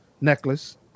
necklace